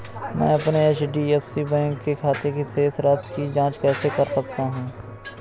मैं अपने HDFC bank के खाते की शेष राशि की जाँच कैसे कर सकता हूँ?